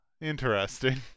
Interesting